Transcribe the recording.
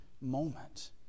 moment